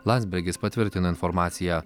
landsbergis patvirtino informaciją